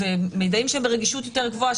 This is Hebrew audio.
מידעים שהם ברגישות יותר גבוהה,